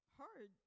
hard